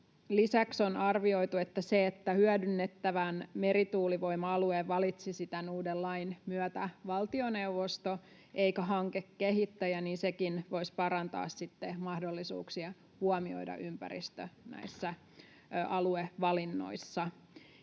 Lisäksi on arvioitu, että sekin, että hyödynnettävän merituulivoima-alueen valitsisi tämän uuden lain myötä valtioneuvosto eikä hankekehittäjä, voisi parantaa sitten mahdollisuuksia huomioida ympäristö näissä aluevalinnoissa.